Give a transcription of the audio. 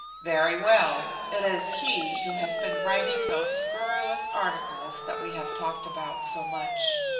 very well. it is he who has been writing those scurrilous articles that we have talked about so much.